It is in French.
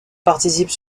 participe